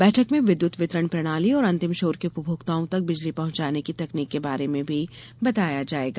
बैठक में विद्युत वितरण प्रणाली और अंतिम छोर के उपभोक्ताओं तक बिजली पहुँचाने की तकनीक के बारे में भी बताया जायेगा